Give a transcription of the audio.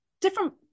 different